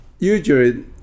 Usually